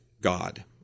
God